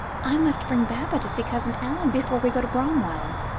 i must bring baba to see cousin ellen before we go to bramwell.